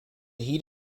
heat